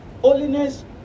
holiness